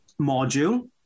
module